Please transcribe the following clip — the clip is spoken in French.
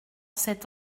cet